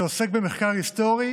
העוסק במחקר היסטורי